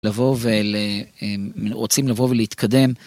לבוא ולהתקדם.